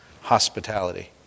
hospitality